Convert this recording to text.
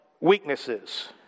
weaknesses